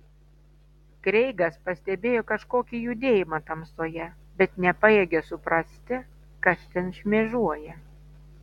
kreigas pastebėjo kažkokį judėjimą tamsoje bet nepajėgė suprasti kas ten šmėžuoja